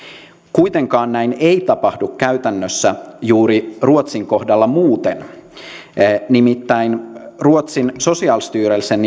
kuitenkaan näin ei tapahdu käytännössä juuri ruotsin kohdalla muuten nimittäin ruotsin socialstyrelsen